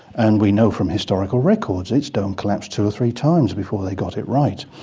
and we know from historical records its dome collapsed two or three times before they got it right.